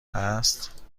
هست